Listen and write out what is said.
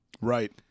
Right